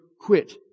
quit